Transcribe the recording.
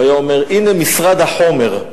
הוא היה אומר: הנה משרד החומר.